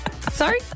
Sorry